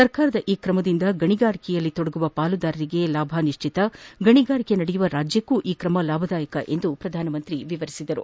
ಸರ್ಕಾರದ ಈ ಕ್ರಮದಿಂದ ಗಣಿಗಾರಿಕೆಯಲ್ಲಿ ತೊಡಗುವ ಪಾಲುದಾರರಿಗೆ ಲಾಭ ನಿಶ್ಲಿತ ಗಣಿಗಾರಿಕೆ ನಡೆಯುವ ರಾಜ್ಯಕ್ಕೂ ಈ ಕ್ರಮ ಲಾಭದಾಯಕವಾಗಿರಲಿದೆ ಎಂದು ಪ್ರಧಾನಿ ಹೇಳಿದರು